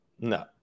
No